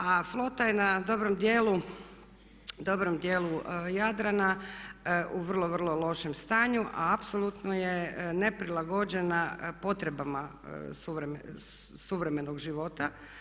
A flota je na dobrom dijelu, dobrom dijelu Jadrana u vrlo, vrlo lošem stanju, a apsolutno je neprilagođena potrebama suvremenog života.